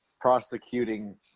prosecuting